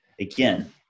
Again